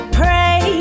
pray